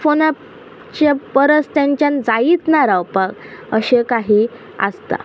फोनाच्या परस तेंच्यान जायत ना रावपाक अशें काही आसता